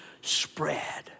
spread